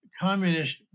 communist